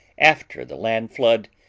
after the land-flood,